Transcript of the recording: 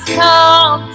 come